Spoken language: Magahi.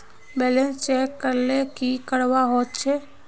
बैलेंस चेक करले की करवा होचे?